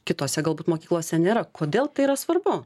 kitose galbūt mokyklose nėra kodėl tai yra svarbu